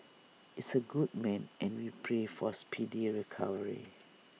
is A good man and we pray for speedy recovery